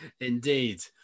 Indeed